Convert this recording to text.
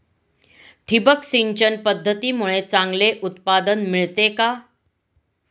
ठिबक सिंचन पद्धतीमुळे चांगले उत्पादन मिळते का?